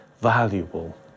valuable